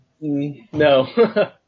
No